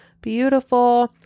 beautiful